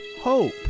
Hope